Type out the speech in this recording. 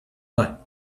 but